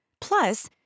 Plus